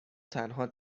تنها